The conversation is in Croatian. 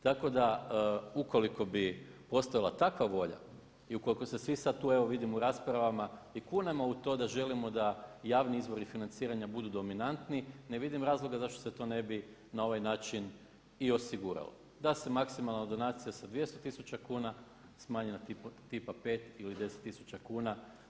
Tako da ukoliko bi ostala takva volja i ukoliko se svi sad tu evo vidim u rasprava i kunemo u to da želimo da javni izvori financiranja budu dominantni ne vidim razloga zašto se to ne bi na ovaj način i osigurala, da se maksimalna donacija sa 200 000 kuna smanji na tipa 5 ili 10 000 kuna.